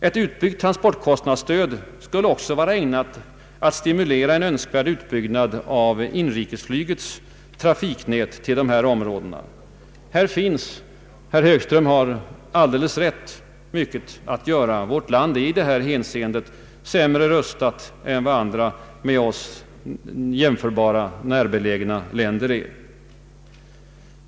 Ett utbyggt transportkostnadsstöd skulle också vara ägnat att stimulera en önskvärd utbyggnad av inrikesflygets trafiknät till dessa områden. Här finns, herr Högström har alldeles rätt, mycket att göra. Vårt land är i det hänseendet sämre rustat än andra med oss jämföra och närbelägna länder.